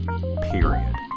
period